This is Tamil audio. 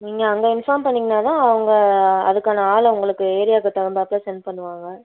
நீங்கள் அங்கே இன்ஃபாம் பண்ணீங்கன்னால் தான் அவங்க அதுக்கான ஆளை உங்களுக்கு ஏரியாவுக்கு தகுந்தாப்பில் சென்ட் பண்ணுவாங்க